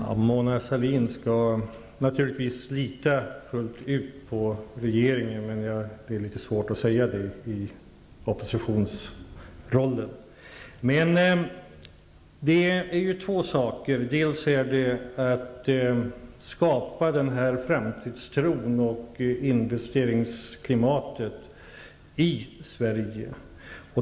Fru talman! Mona Sahlin skall naturligtvis lita fullt ut på regeringen, men det är litet svårt att säga det i oppositionsrollen. Det handlar om två saker, nämligen att skapa den här framtidstron och investeringsklimatet i Sverige.